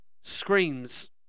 screams